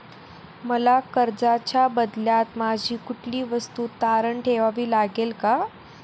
मला कर्जाच्या बदल्यात माझी कुठली वस्तू तारण ठेवावी लागेल का?